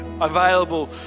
available